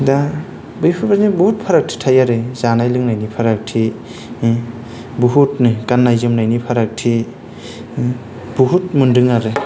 दा बैफोरबायदि बुहुद फारागथि थायो आरो जानाय लोंनायनि फारागथि बुहुतनो गाननाय जोमनायनि फारागथि बुहुत मोन्दों आरो